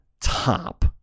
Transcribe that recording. top